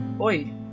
Oi